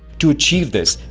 to achieve this,